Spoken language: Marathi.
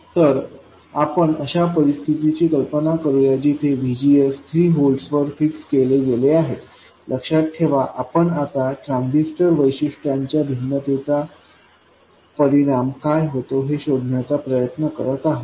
तर आपण अशा परिस्थितीची कल्पना करूया जिथे VGS 3 व्होल्ट्स वर फिक्स केले गेले आहे लक्षात ठेवा आपण आता ट्रान्झिस्टर वैशिष्ट्यांच्या भिन्नतेचा परिणाम काय होतो हे शोधण्याचा प्रयत्न करत आहोत